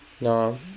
No